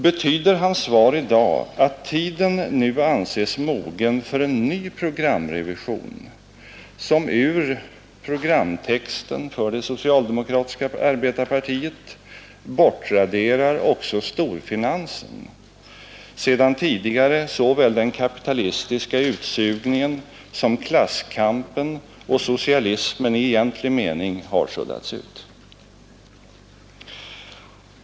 Betyder hans svar i dag att tiden nu anses mogen för en ny programrevision som ur programtexten för det socialdemokratiska arbetarepartiet bortraderar också storfinansen, sedan tidigare såväl den kapitalistiska utsugningen som klasskampen och socialismen i egentlig mening har suddats ut?